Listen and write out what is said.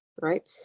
right